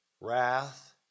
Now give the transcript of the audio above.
wrath